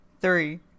Three